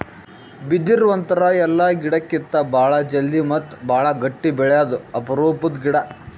ಬಿದಿರ್ ಒಂಥರಾ ಎಲ್ಲಾ ಗಿಡಕ್ಕಿತ್ತಾ ಭಾಳ್ ಜಲ್ದಿ ಮತ್ತ್ ಭಾಳ್ ಗಟ್ಟಿ ಬೆಳ್ಯಾದು ಅಪರೂಪದ್ ಗಿಡಾ